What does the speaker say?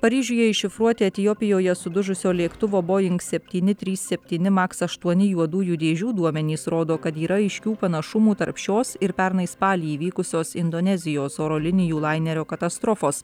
paryžiuje iššifruoti etiopijoje sudužusio lėktuvo boing septyni trys septyni maks aštuoni juodųjų dėžių duomenys rodo kad yra aiškių panašumų tarp šios ir pernai spalį įvykusios indonezijos oro linijų lainerio katastrofos